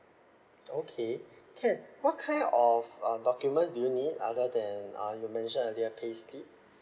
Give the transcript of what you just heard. okay can what kind of uh documents do you need other than uh you mention earlier payslip